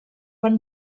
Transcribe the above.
van